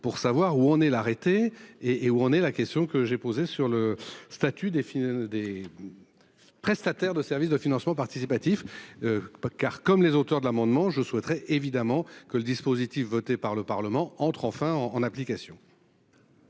pour savoir où en est l'arrêter et et où en est la question que j'ai posée sur le statut des finances des. Prestataires de services de financement participatif. Pas car comme les auteurs de l'amendement. Je souhaiterais évidemment que le dispositif voté par le Parlement entre enfin en application.--